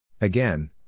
Again